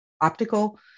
optical